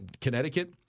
Connecticut